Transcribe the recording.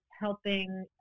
helping